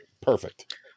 perfect